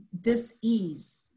dis-ease